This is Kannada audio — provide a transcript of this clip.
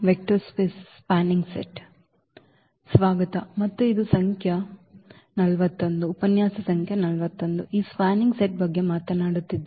ಮತ್ತೆ ಸ್ವಾಗತ ಮತ್ತು ಇದು ಉಪನ್ಯಾಸ ಸಂಖ್ಯೆ 41 ಈ ಸ್ಪ್ಯಾನಿಂಗ್ ಸೆಟ್ ಬಗ್ಗೆ ಮಾತನಾಡಲಿದೆ